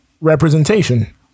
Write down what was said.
representation